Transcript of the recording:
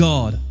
God